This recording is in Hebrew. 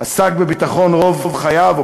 עסק בביטחון רוב חייו,